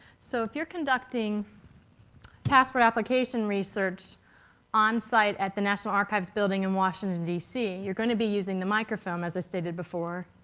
so if you're conducting passport application research onsite at the national archives building in washington, d c. you're going to be using the microfilm, as i stated before.